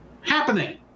happening